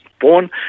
born